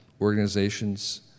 organizations